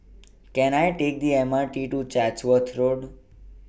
Can I Take The M R T to Chatsworth Road